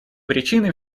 причины